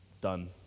done